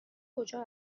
کجا